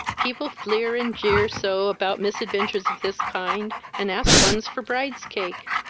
people fleer and jeer so about misventures of this kind, and asks one for bride's cake,